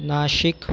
Nashik